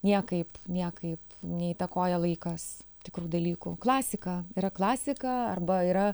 niekaip niekaip neįtakoja laikas tikrų dalykų klasika yra klasika arba yra